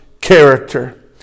character